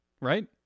right